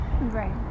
right